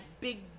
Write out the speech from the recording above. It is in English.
big